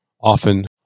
often